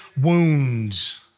wounds